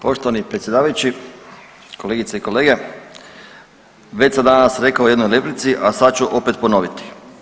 Poštovani predsjedavajući, kolegice i kolege, već sam danas rekao u jednoj replici, a sad ću opet ponoviti.